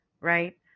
right